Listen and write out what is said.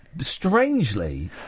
strangely